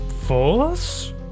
force